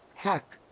heck,